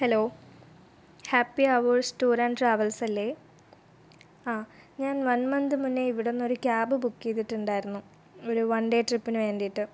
hello happy hours tour and ട്രാവൽസല്ലേ ആ ഞാൻ വൺ മന്ത് മുന്നേ ഇവിടുന്നൊരു ക്യാബ് ബുക്ക് ചെയ്തിട്ടുണ്ടായിരുന്നു ഒരു വൺ ഡേ ട്രിപ്പിന് വേണ്ടിയിട്ട്